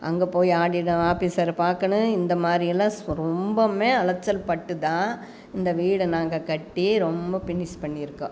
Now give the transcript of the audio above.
அங்கே போய் ஆடிட்டர் ஆபிஸரை பார்க்கணும் இந்தமாதிரியெல்லாம் ரொம்பவுமே அலைச்சல் பட்டுத்தான் இந்த வீடை நாங்கள் கட்டி ரொம்ப பினிஷ் பண்ணியிருக்கோம்